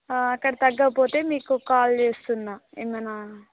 అక్కడ తగ్గకపోతే మీకు కాల్ చేస్తున్నాను ఏమైనా